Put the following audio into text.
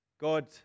God